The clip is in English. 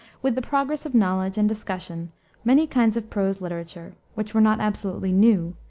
with the progress of knowledge and discussion many kinds of prose literature, which were not absolutely new,